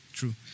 True